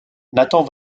nathan